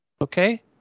Okay